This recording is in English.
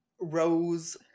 rose